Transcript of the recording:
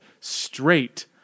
Straight